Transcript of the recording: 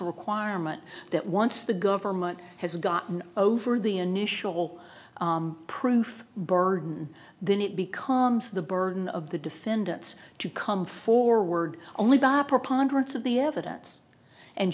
requirement that once the government has gotten over the initial proof burden then it becomes the burden of the defendants to come forward only by a preponderance of the evidence and